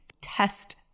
test